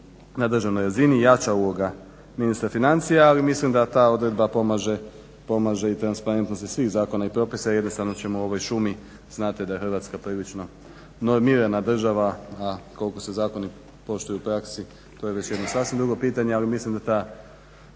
na državnoj razini i jača uloga ministra financija. Ali mislim da ta odredba pomaže i transparentnosti svih zakona i propisa i jednostavno ćemo u ovoj šumi, znate da je Hrvatska prilično normirana država, a koliko se zakoni poštuju u praksi to je već jedno sasvim drugo pitanje, ali mislim da ta